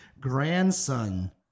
grandson –